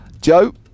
Joe